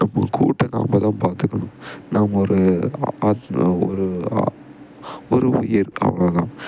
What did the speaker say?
நம்ம கூட்டை நாம் தான் பார்த்துக்கணும் நம்ம ஒரு ஆத்மா ஒரு ஒரு உயிர் அவ்வளோ தான்